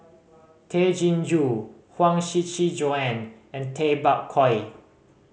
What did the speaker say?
Tay Chin Joo Huang Shiqi Joan and Tay Bak Koi